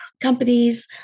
companies